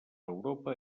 europa